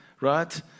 right